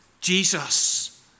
Jesus